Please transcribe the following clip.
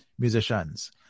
musicians